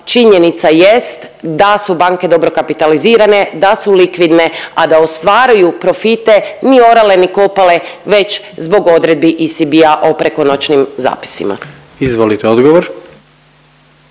činjenica jest da su banke dobro kapitalizirane, da su likvidne, a da ostvaruju profite ni orale ni kopale već zbog odredbi ESB-a o prekonoćnim zapisima.